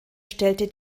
stellte